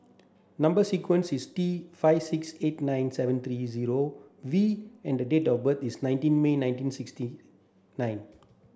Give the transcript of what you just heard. number sequence is T five six eight nine seven three zero V and the date of birth is nineteen May nineteen sixty nine